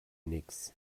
nix